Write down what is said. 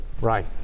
Right